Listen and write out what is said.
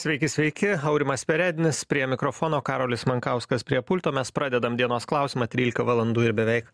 sveiki sveiki aurimas perednis prie mikrofono karolis monkauskas prie pulto mes pradedam dienos klausimą trylika valandų ir beveik